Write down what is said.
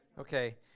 Okay